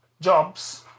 jobs